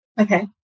Okay